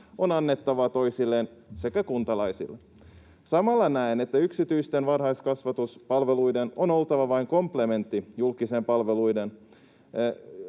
on annettavaa toisilleen sekä kuntalaisille. Samalla näen, että yksityisten varhaiskasvatuspalveluiden on oltava vain julkisten palveluiden